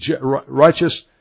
righteous